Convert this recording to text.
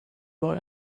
boy